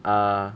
err